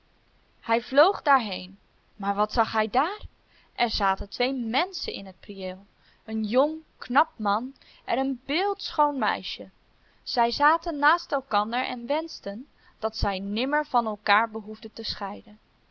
hij vloog daarheen maar wat zag hij daar er zaten twee menschen in het prieel een jong knap man en een beeldschoon meisje zij zaten naast elkander en wenschten dat zij nimmer van elkaar behoefden te scheiden